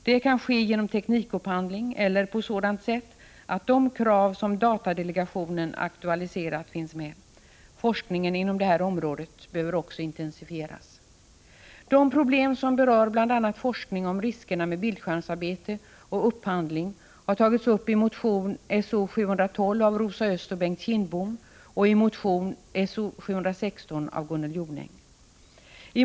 Det kan ske genom teknikupphandling eller på sådant sätt att de krav som datadelegationen aktualiserat finns med. Forskningen inom detta område behöver också intensifieras. De problem som berör bl.a. forskning om riskerna vid bildskärmsarbete samt frågan om upphandling av bildskärmar har tagits upp i motion §0712 av Rosa Östh och Bengt Kindbom och i motion §0716 av Gunnel Jonäng.